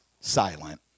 Silent